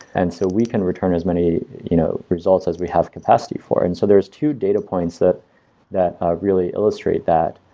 and so we can return as many you know results as we have capacity for. and so there's two data points that that really illustrate that.